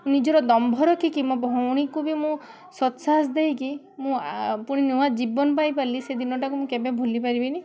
ନିଜର ଦମ୍ଭ ରଖିକି ମୋ ଭୋଉଣୀକୁ ବି ମୁଁ ସଦ୍ ସାହସ ଦେଇକି ମୁଁ ପୁଣି ନୂଆଁ ଜୀବନ ପାଇପାରିଲି ସେଇ ଦିନଟାକୁ ମୁଁ କେବେ ଭୁଲି ପାରିବିନି